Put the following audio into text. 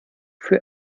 für